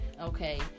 okay